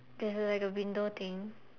there's like a window thing